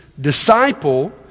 disciple